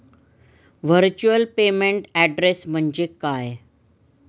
Virtual payment address म्हणजे काय?